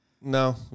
No